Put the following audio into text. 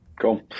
cool